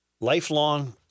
Lifelong